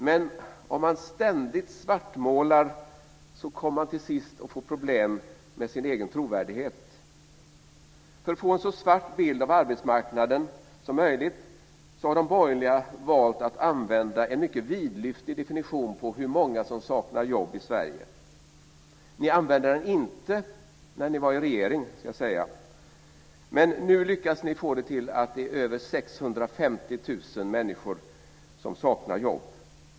Men om man ständigt svartmålar kommer man till sist att få problem med sin egen trovärdighet. För att få en så svart bild av arbetsmarknaden som möjligt har de borgerliga valt att använda en mycket vidlyftig definition på hur många som saknar jobb i Sverige. Ni använde er inte av den när ni var i regeringsställning. Nu lyckas ni få det till att det är över 650 000 människor som saknar jobb.